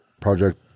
Project